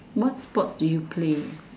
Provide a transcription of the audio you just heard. what sports do you play